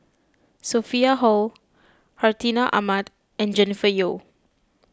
Sophia Hull Hartinah Ahmad and Jennifer Yeo